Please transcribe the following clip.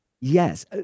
Yes